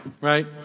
right